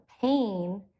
pain